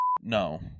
No